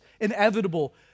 inevitable